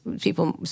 people